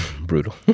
brutal